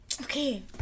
Okay